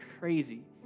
crazy